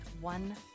one